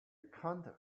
candle